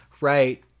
Right